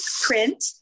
print